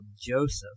Joseph